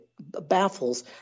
baffles